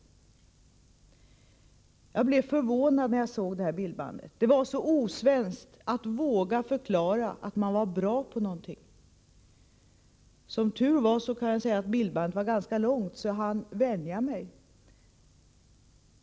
Jag blev förvånad när jag såg bildbandet. Det var så osvenskt att våga förklara att man var bra på någonting. Som tur var, kan jag säga, var bildbandet ganska långt, så jag hann vänja mig.